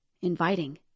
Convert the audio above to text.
inviting